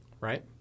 right